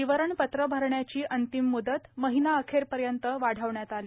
विवरणपत्र भरण्याची अंतिम मुदत महिना अखेरपर्यंत वाढवण्यात आली